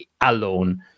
alone